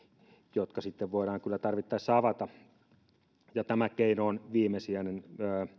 jotka voidaan kyllä tarvittaessa avata tämä keino on viimesijainen